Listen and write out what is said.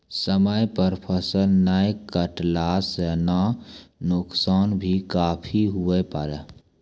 समय पर फसल नाय कटला सॅ त नुकसान भी काफी हुए पारै